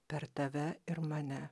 per tave ir mane